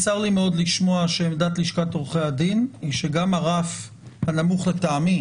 ב-13,000 מקרים נכנס פקיד עובד מדינה לביתו של אדם ורשם מעוקלים,